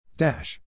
Dash